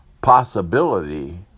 possibility